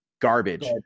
garbage